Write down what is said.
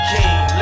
King